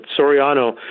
Soriano